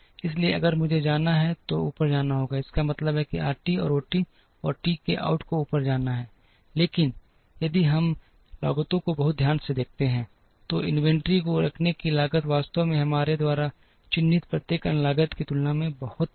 इसलिए अगर मुझे जाना है तो ऊपर जाना होगा इसका मतलब यह है कि इस RT और OT और T के OUT को ऊपर जाना है लेकिन यदि हम लागतों को बहुत ध्यान से देखते हैं तो इन्वेंट्री को रखने की लागत वास्तव में हमारे द्वारा चिह्नित प्रत्येक अन्य लागत की तुलना में बहुत कम है